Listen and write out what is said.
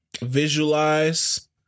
Visualize